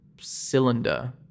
cylinder